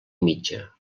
mitja